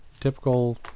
typical